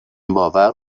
باور